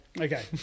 Okay